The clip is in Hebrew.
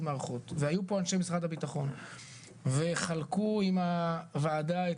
מערכות והיו פה אנשים משרד הביטחון וחלקו עם הוועדה את